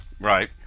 Right